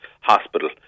hospital